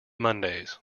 mondays